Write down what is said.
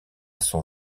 son